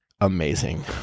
amazing